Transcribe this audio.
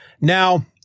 Now